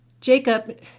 Jacob